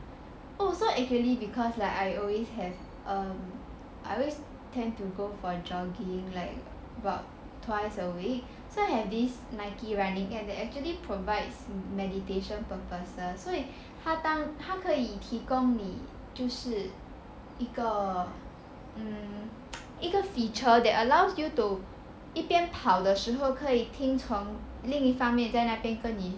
oh so actually because like I always have um I always tend to go for jogging like about twice a week so I have this Nike run at then they actually provides meditation purposes 所以他当他可以提供你就是一个 mm 一个 feature that allows you to 一边跑的时候可以听从另一方面可以跟你